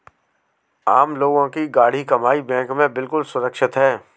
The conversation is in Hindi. आम लोगों की गाढ़ी कमाई बैंक में बिल्कुल सुरक्षित है